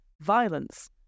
violence